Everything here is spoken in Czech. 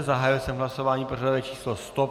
Zahájil jsem hlasování pořadové číslo 100.